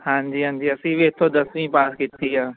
ਹਾਂਜੀ ਹਾਂਜੀ ਅਸੀਂ ਵੀ ਇੱਥੋਂ ਦਸਵੀਂ ਪਾਸ ਕੀਤੀ ਆ